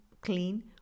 clean